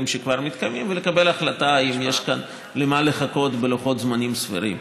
שכבר מתקיימים ולקבל החלטה אם יש כאן למה לחכות בלוחות זמנים סבירים.